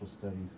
studies